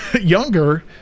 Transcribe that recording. younger